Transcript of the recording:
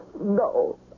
no